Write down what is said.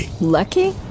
lucky